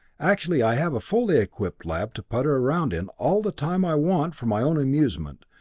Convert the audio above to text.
actually, i have a fully equipped lab to putter around in, all the time i want for my own amusement,